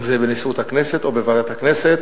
אם בנשיאות הכנסת או בוועדת הכנסת,